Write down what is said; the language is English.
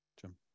Jim